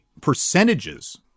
percentages